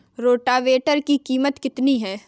Rotavator की कीमत कितनी है?